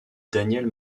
daniele